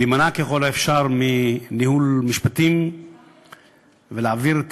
להימנע ככל האפשר מניהול משפטים ולהעביר את